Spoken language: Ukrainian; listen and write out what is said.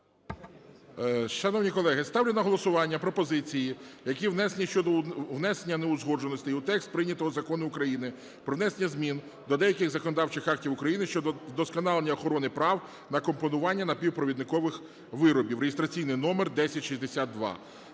Шановні колеги, ставлю на голосування пропозиції, які внесені щодо неузгодженостей у текст прийнятого Закону України про внесення змін до деяких законодавчих актів України щодо вдосконалення охорони прав на компонування напівпровідникових виробів (реєстраційний номер 1062).